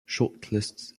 shortlisted